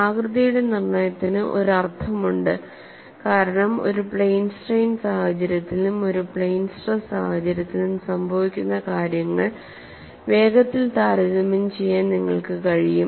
ആകൃതിയുടെ നിർണ്ണയത്തിന് ഒരു അർത്ഥമുണ്ട് കാരണം ഒരു പ്ലെയിൻ സ്ട്രെയിൻ സാഹചര്യത്തിലും ഒരു പ്ലെയിൻ സ്ട്രെസ് സാഹചര്യത്തിലും സംഭവിക്കുന്ന കാര്യങ്ങൾ വേഗത്തിൽ താരതമ്യം ചെയ്യാൻ നിങ്ങൾക്ക് കഴിയും